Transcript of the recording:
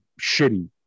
shitty